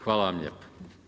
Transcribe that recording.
Hvala vam lijepo.